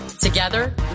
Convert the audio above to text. Together